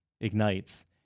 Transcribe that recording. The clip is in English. ignites